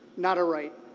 not a right.